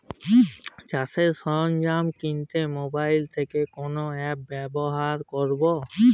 চাষের সরঞ্জাম কিনতে মোবাইল থেকে কোন অ্যাপ ব্যাবহার করব?